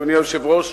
אדוני היושב-ראש,